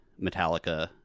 Metallica –